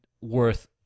worth